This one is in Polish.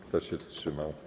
Kto się wstrzymał?